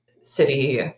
city